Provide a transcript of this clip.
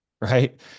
right